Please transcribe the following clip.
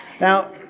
Now